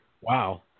Wow